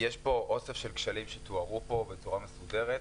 אוסף של כשלים שתוארו פה בצורה מסודרת.